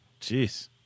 Jeez